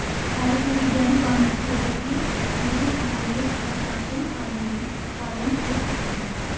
भारत में वैज्ञानिक वानिकी यद्यपि चंद्रगुप्त मौर्य के शासन काल में प्रारंभ हो चुकी थी